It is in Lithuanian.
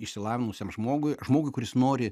išsilavinusiam žmogui žmogui kuris nori